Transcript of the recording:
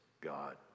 God